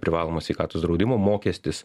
privalomo sveikatos draudimo mokestis